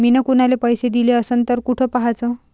मिन कुनाले पैसे दिले असन तर कुठ पाहाचं?